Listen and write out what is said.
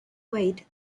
weight